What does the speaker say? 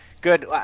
Good